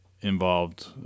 involved